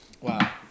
Wow